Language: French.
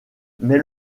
mais